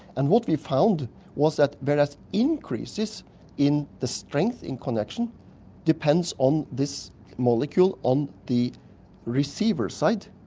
and what we found was that various increases in the strength in connection depends on this molecule on the receiver side.